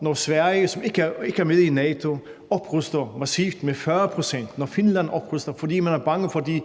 når Sverige, som ikke er med i NATO, opruster massivt med 40 pct., når Finland opruster, fordi man er bange for de